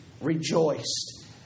rejoiced